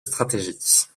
stratégique